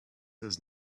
does